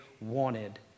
wanted